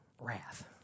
wrath